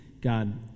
God